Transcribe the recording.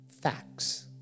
Facts